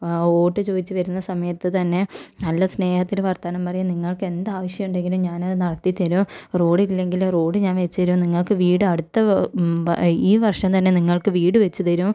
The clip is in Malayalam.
വോട്ട് ചോദിച്ചു വരുന്ന സമയത്ത് തന്നെ നല്ല സ്നേഹത്തിൽ വർത്താനം പറയും നിങ്ങൾക്ക് എന്ത് ആവശ്യം ഉണ്ടെങ്കിലും ഞാൻ അത് നടത്തി തരും റോഡ് ഇല്ലെങ്കിലും റോഡ് ഞാൻ വെച്ചു തരും നിങ്ങൾക്ക് വീട് അടുത്ത ഈ വർഷം തന്നെ നിങ്ങൾക്ക് വീട് വെച്ച് തരും